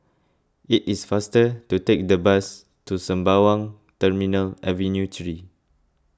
it is faster to take the bus to Sembawang Terminal Avenue three